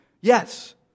Yes